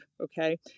okay